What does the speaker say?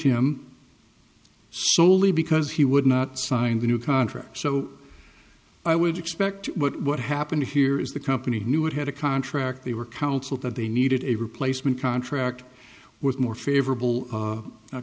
him solely because he would not sign the new contract so i would expect what happened here is the company knew it had a contract they were counsel that they needed a replacement contract with more favorable